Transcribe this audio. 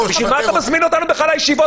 למה אתה מזמין אותנו לישיבות?